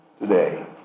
today